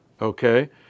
Okay